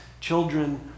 children